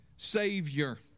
Savior